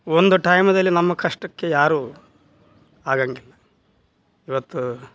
ಒಂದು ಟೈಮಲ್ಲಿ ನಮ್ಮ ಕಷ್ಟಕ್ಕೆ ಯಾರೂ ಆಗೋಂಗಿಲ್ಲ ಇವತ್ತು